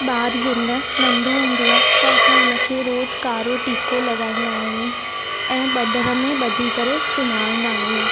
ॿारु जंहिंमहिल नंढो हूंदो आहे त असां हुन खे रोज़ु कारो टीको लॻाईंदा आहियूं ऐं बदर में बधी करे सुम्हारंदा आहियूं